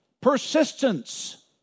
Persistence